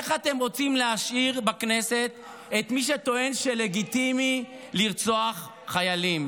איך אתם רוצים להשאיר בכנסת את מי שטוען שלגיטימי לרצוח חיילים?